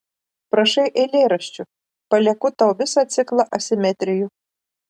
prašai eilėraščių palieku tau visą ciklą asimetrijų